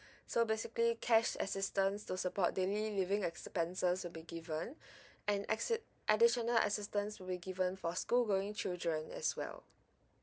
so basically cash assistance to support daily living expenses will be given and assi~ additional assistance will given for school going children as well